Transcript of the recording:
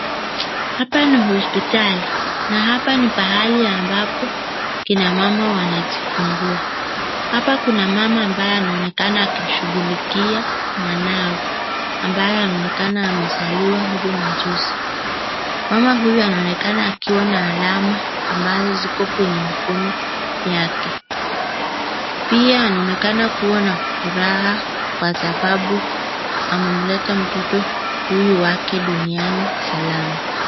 Hapa ni hospitali na hapa ni mahali ambapo kina mama wanajifungua. Hapa kuna mama ambaye anaonekana akimshughulikia mwanawe ambaye anaonekana amezaliwa hivi majuzi. Mama huyu anaonekana akiwa na alama ambazo ziko kwenye mkono wake pia anaonekana kuwa na furaha kwa sababu amemleta mtoto huyu wake duniani salama.